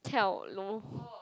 跳楼